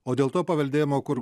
o dėl to paveldėjimo kur